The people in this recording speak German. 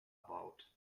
baut